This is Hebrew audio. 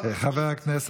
חד-משמעית.